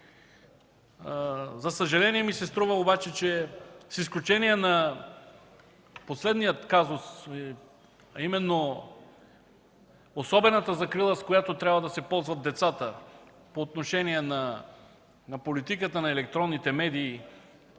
За съжаление, с изключение на последния казус – особената закрила, с която трябва да се ползват децата по отношение на политиката на електронните медии,